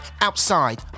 outside